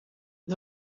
het